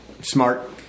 smart